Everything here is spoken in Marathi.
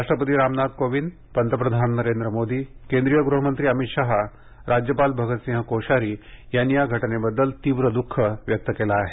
राष्ट्रपती रामनाथ कोविंद पंतप्रधान नरेंद्र मोदी केंद्रीय गृहमंत्री अमित शहा राज्यपाल भगतसिंग कोश्यारी यांनी या घटनेबद्दल तीव्र दुःख व्यक्त केलं आहे